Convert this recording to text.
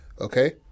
Okay